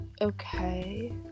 Okay